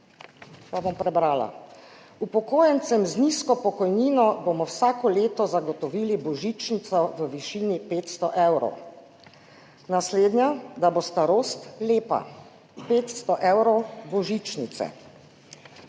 pa bom prebrala: »Upokojencem z nizko pokojnino bomo vsako leto zagotovili božičnico v višini 500 evrov.« Naslednja: »Da bo starost lepa – 500 evrov božičnice.«